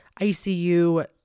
ICU